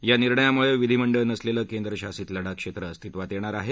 या निर्णयामुळे विधिमंडळ नसलेलं केंद्रशासित लडाख क्षेत्र अस्तित्वात येणार आहे